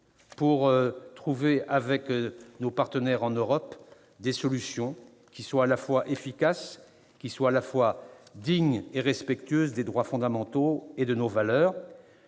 pour trouver, avec nos partenaires en Europe, des solutions à la fois efficaces, dignes et respectueuses des droits fondamentaux et de nos valeurs.